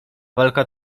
walka